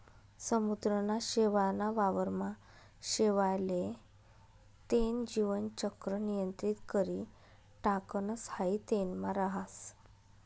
समुद्रना शेवाळ ना वावर मा शेवाळ ले तेन जीवन चक्र नियंत्रित करी टाकणस हाई तेनमा राहस